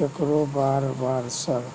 केकरो बार बार सर?